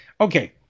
Okay